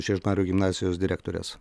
žiežmarių gimnazijos direktorės